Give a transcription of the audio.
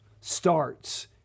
starts